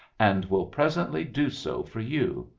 and will presently do so for you.